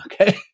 Okay